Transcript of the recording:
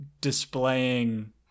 displaying